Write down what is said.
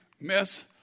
miss